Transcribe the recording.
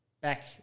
back